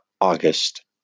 August